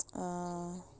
ah